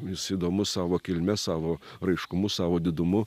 jis įdomus savo kilme savo raiškumu savo didumu